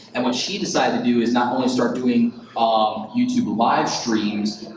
and what she decided to do is not only start doing um youtube live streams,